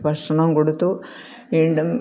ഭക്ഷണം കൊടുത്തു വീണ്ടും